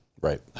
Right